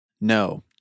No